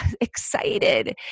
excited